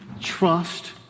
Trust